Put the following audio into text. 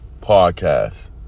podcast